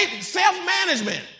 self-management